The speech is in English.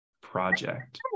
Project